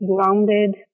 grounded